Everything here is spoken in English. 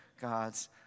God's